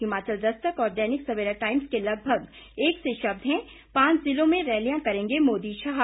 हिमाचल दस्तक और दैनिक सेवरा टाइम्स के लगभग एक से शब्द हैं पांच जिलों में रैलियां करेंगे मोदी शाह